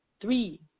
three